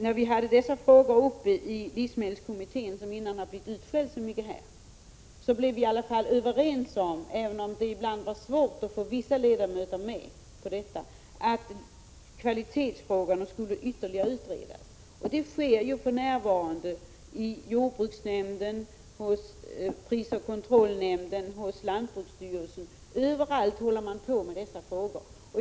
När vi hade dessa frågor uppe i livsmedelskommittén, som förut blivit så utskälld här, blev vi överens om — även om det ibland var svårt att få med vissa ledamöter på detta — att kvalitetsfrågorna skulle ytterligare utredas. Detta sker för närvarande i jordbruksnämnden, hos prisoch kartellnämnden, hos lantbruksstyrelsen — överallt håller man på med dessa frågor.